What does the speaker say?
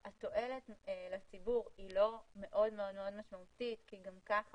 התועלת לציבור היא לא מאוד מאוד משמעותית כי גם כך